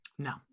No